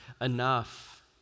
enough